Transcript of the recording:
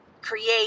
create